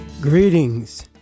Greetings